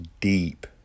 deep